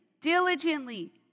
diligently